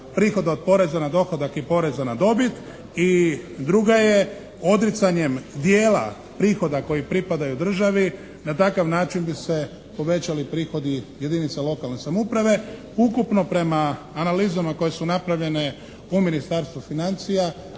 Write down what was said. raspodjela od poreza na dohodak i poreza na dobit i druga je odricanje dijela prihoda koji pripadaju državi. Na takav način bi se povećali prihodi jedinica lokalne samouprave. Ukupno prema analizama koje su napravljene u Ministarstvu financija